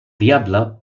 diable